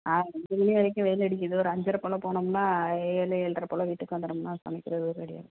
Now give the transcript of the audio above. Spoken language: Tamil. ஆ அஞ்சு மணி வரைக்கும் வெயிலடிக்கிறது ஒரு அஞ்சரை போல் போனோம்ன்னா ஏழு ஏழரை போல் வீட்டுக்கு வந்தோம்ன்னா சமைக்கிறது ஒரு ரெடியாகிடும்